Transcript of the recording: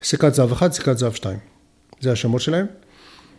‫סיכת זהב אחד, סיכת זהב שתיים. ‫זה השמות שלהם.